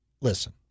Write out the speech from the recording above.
Listen